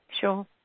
Sure